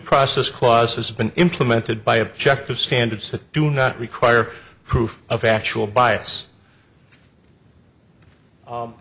process clause has been implemented by objective standards that do not require proof of factual bias